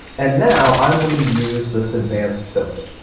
and now i'm going to use this advanced filter.